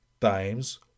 Times